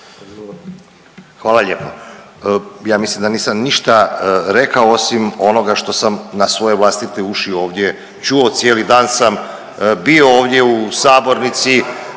Hvala lijepo. Ja mislim da nisam ništa rekao osim onoga što sam na svoje vlastite uši ovdje čuo, cijeli dan sam bio ovdje u sabornici,